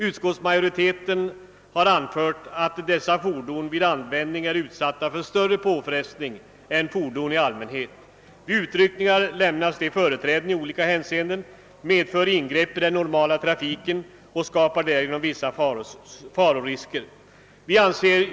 Utskottsmajoriteten har anfört att dessa fordon vid användning är utsatta för större påfrestning än fordon i allmänhet. Vid utryckningar lämnas dem företräde, vilket medför ingrepp i den normala trafiken, och de skapar därigenom vissa risker.